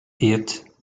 eight